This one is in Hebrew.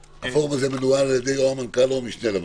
הפורום הזה מנוהל על ידי או המנכ"ל או המשנה למנכ"ל.